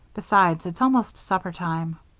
besides, it's almost supper time.